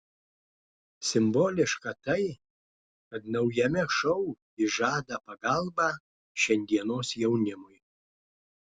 simboliška tai kad naujame šou ji žada pagalbą šiandienos jaunimui